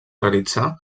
realitzar